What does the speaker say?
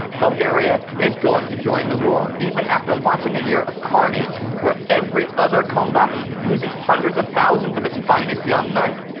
bulgaria is going to join the war even after watching a year of carnage where every other combatant loses hundreds of thousands of its finest young men.